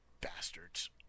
Bastards